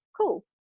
cool